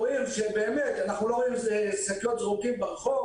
באמת אנחנו לא רואים שקיות זרוקות ברחוב